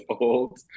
old